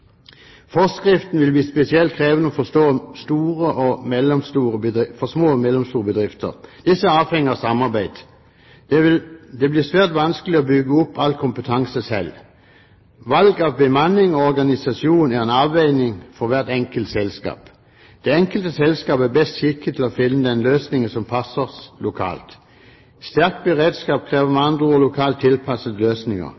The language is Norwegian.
Forskriften vil bli spesielt krevende for små og mellomstore bedrifter. Disse er avhengige av samarbeid. Det blir svært vanskelig å bygge opp all kompetanse selv. Valg av bemanning og organisasjon er en avveining for hvert enkelt selskap. Det enkelte selskap er best skikket til å finne den løsningen som passer lokalt. Sterk beredskap krever